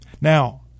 Now